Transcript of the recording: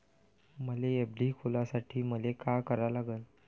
मले एफ.डी खोलासाठी मले का करा लागन?